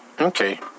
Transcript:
Okay